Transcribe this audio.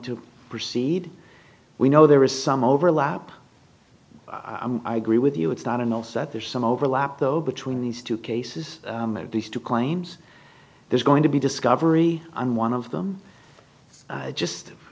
to proceed we know there is some overlap i agree with you it's not enough that there's some overlap though between these two cases these two claims there's going to be discovery on one of them just